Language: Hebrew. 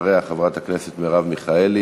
אחריה חברת הכנסת מרב מיכאלי.